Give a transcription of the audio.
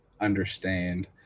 understand